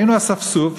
היינו אספסוף,